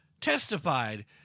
testified